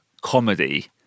comedy